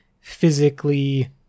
physically